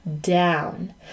down